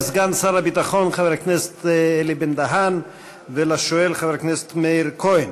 תודה לסגן שר הביטחון חבר הכנסת אלי בן-דהן ולשואל חבר הכנסת מאיר כהן.